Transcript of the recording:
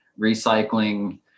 recycling